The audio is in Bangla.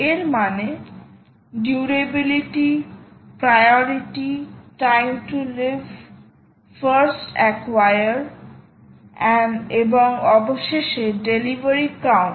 এর মানে durability priority time to live first acquirer এবং অবশেষে ডেলিভারি কাউন্ট